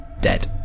dead